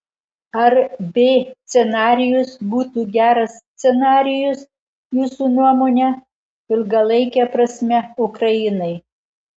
ar b scenarijus būtų geras scenarijus jūsų nuomone ilgalaike prasme ukrainai